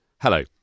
Hello